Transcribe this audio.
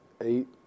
eight